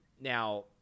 Now